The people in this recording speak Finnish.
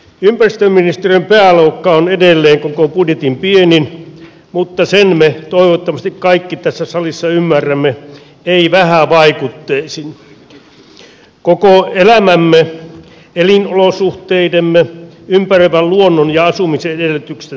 ympäristöministeriön pääluokka on edelleen koko budjetin pienin mutta sen me toivottavasti kaikki tässä salissa ymmärrämme ei vähävaikutteisin koko elämämme elinolosuhteidemme ympäröivän luonnon ja asumisedellytysten kannalta